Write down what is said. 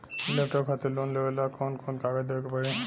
Laptop खातिर loan लेवे ला कौन कौन कागज देवे के पड़ी?